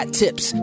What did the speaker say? tips